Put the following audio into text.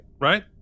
right